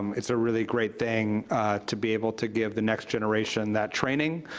it's a really great thing to be able to give the next generation that training,